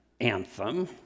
anthem